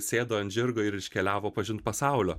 sėdo ant žirgo ir iškeliavo pažint pasaulio